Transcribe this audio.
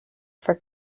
for